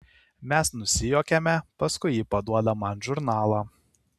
mes nusijuokiame paskui ji paduoda man žurnalą